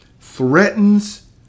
threatens